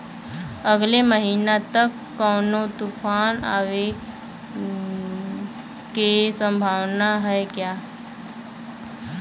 अगले महीना तक कौनो तूफान के आवे के संभावाना है क्या?